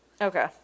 Okay